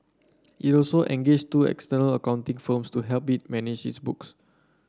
it also engaged two external accounting firms to help it manage its books